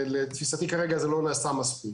לתפיסתי, כרגע זה לא נעשה מספיק.